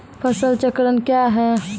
फसल चक्रण कया हैं?